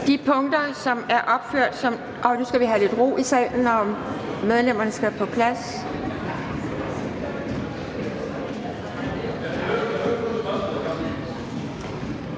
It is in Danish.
Mødet er åbnet. Vi skal have lidt ro i salen, og medlemmerne skal være på plads.